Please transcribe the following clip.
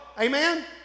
Amen